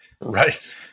Right